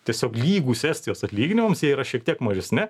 tiesiog lygūs estijos atlyginimams jie yra šiek tiek mažesni